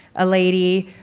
a lady.